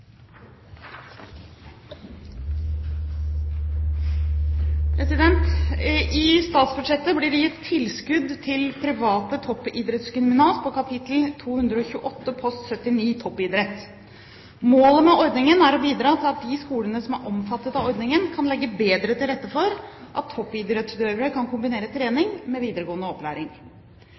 ordningen er å bidra til at de skolene som er omfattet av ordningen, kan legge bedre til rette for at toppidrettsutøvere kan kombinere trening med videregående opplæring.